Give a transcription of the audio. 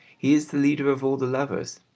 he is the leader of all the lovers.